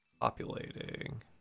populating